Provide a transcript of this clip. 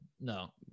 No